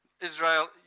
Israel